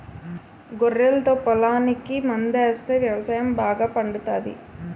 గొర్రెలతో పొలంకి మందాస్తే వ్యవసాయం బాగా పండుతాది